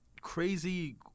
crazy